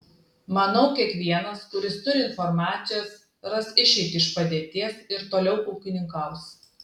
manau kiekvienas kuris turi informacijos ras išeitį iš padėties ir toliau ūkininkaus